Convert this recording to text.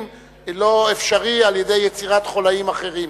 לא אפשרי על-ידי יצירת חוליים אחרים.